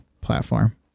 platform